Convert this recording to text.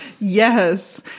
Yes